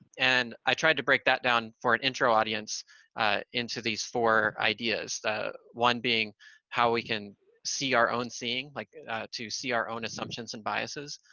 and i tried to break that down for an intro audience into these four ideas. one being how we can see our own seeing, like to see our own assumptions and biases.